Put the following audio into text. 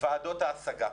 ועדות ההשגה.